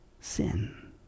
sin